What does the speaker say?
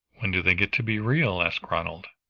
when do they get to be real? asked ronald.